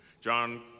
John